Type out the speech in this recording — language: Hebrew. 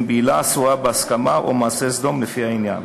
הם בעילה אסורה בהסכמה, או מעשה סדום, לפי העניין.